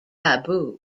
taboo